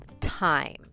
time